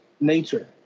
nature